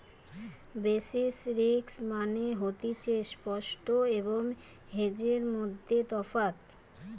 basis risk মানে হতিছে spot এবং হেজের মধ্যে তফাৎ